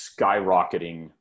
skyrocketing